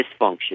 dysfunction